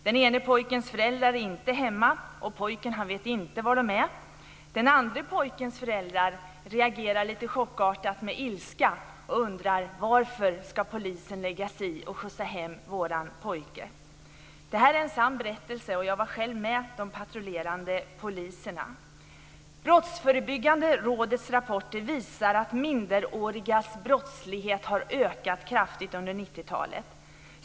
Den ena pojkens föräldrar är inte hemma, och pojken vet inte var de är. Den andre pojkens föräldrar reagerar lite chockartat med ilska och undrar varför polisen ska lägga sig i och skjutsa hem deras pojke. Det här är en sann berättelse. Jag var själv med de patrullerande poliserna. Brottsförebyggande rådets rapporter visar att minderårigas brottslighet har ökat kraftigt under 90-talet.